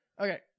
Okay